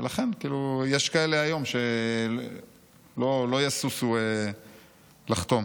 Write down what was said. ולכן יש כאלה היום שלא ישושו לחתום.